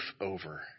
over